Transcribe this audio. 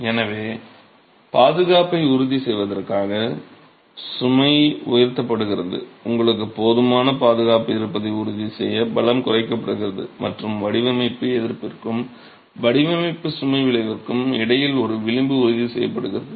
எனவே பாதுகாப்பை உறுதி செய்வதற்காக சுமை உயர்த்தப்படுகிறது உங்களுக்கு போதுமான பாதுகாப்பு இருப்பதை உறுதிசெய்ய பலம் குறைக்கப்படுகிறது மற்றும் வடிவமைப்பு எதிர்ப்பிற்கும் வடிவமைப்பு சுமை விளைவுக்கும் இடையில் ஒரு விளிம்பு உறுதி செய்யப்படுகிறது